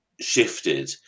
shifted